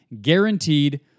guaranteed